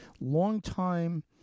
longtime